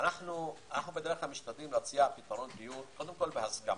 אנחנו משתדלים להציע פתרון דיור בהסכמה.